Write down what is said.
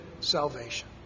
salvation